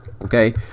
Okay